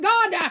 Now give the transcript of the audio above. God